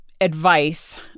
advice